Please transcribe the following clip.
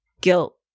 guilt